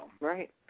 Right